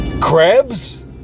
Crabs